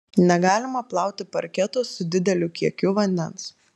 negalima plauti parketo su dideliu kiekiu vandens